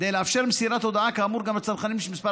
כדי לאפשר מסירת הודעה כאמור גם לצרכנים שמספר